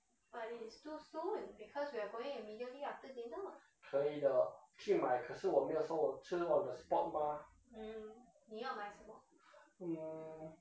可以的去买可是我没有说我吃 on the spot mah mm